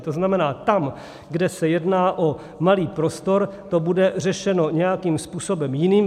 To znamená, tam, kde se jedná o malý prostor, to bude řešeno nějakým způsobem jiným.